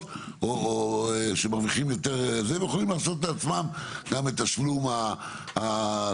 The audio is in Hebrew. או שמרווחים יותר ויכולים להרשות לעצמם גם את תשלום הזה.